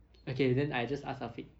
okay then I just ask afiq